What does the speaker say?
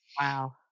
Wow